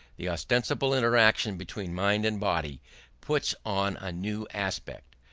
the ostensible interaction between mind and body puts on a new aspect.